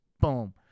boom